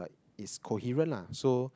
it's coherent lah so